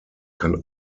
kann